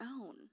own